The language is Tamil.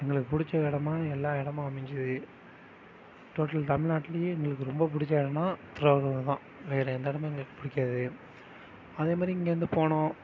எங்களுக்கு பிடிச்ச இடமா எல்லா இடமும் அமைஞ்சிது டோட்டல் தமிழ் நாட்டுலயே எங்களுக்கு ரொம்ப பிடிச்ச இடம்னா திருவாரூர் தான் வேறு எந்த இடமும் எங்களுக்கு பிடிக்காது அதேமாதிரி இங்கருந்து போனோம்